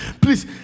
Please